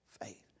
faith